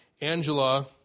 Angela